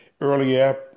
earlier